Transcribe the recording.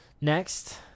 Next